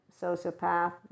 sociopath